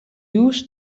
used